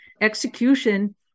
execution